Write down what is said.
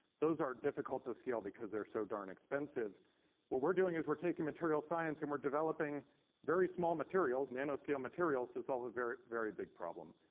those are difficult to scale because they're so darn expensive. what we're doing is we're taking material science and we're developing very small materials, nano-scale materials, to solve a very, very big problem.